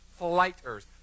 Flighters